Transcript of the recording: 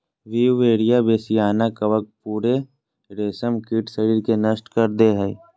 Beauveria bassiana कवक पूरे रेशमकीट शरीर के नष्ट कर दे हइ